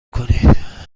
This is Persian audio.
کنید